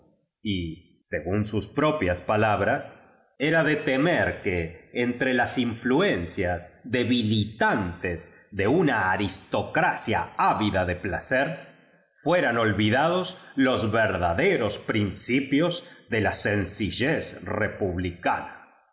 y según sus propias palabras era de te mer que entre las influencias debilitantes de una aristocracia árida de placer fueran ol vidados los verdaderos principios de la sen cillez republicana